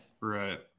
Right